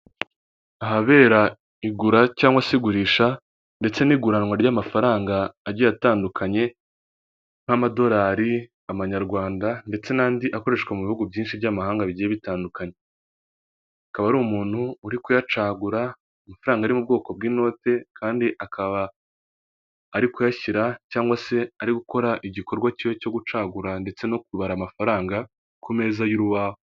Ahabera igura cyangwa se igurisha ndetse n'iguranwa ry'amafaranga agiye atandukanye nk'amadolari amanyarwanda ndetse n'andi akoreshwa mu bihugu byinshi by'amahanga bigiye bitandukanye akaba ari umuntu uri kuyacagura amafaranga ari mu bwoko bw'inoti kandi akaba ari kuyashyira cyangwa se ari gukora igikorwa cyo gucagura ndetse no kubara amafaranga ku meza y'urubahobo.